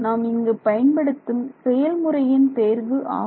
நாம் இங்கு பயன்படுத்தும் செயல்முறையின் தேர்வு ஆகும்